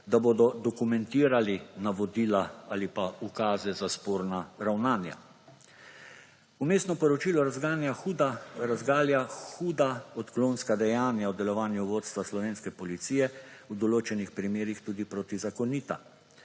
da bodo dokumentirali navodila ali pa ukaze za sporna ravnanja. Vmesno poročilo razgalja huda odklonska dejanja v delovanju vodstva slovenske policije, v določenih primerih tudi protizakonita.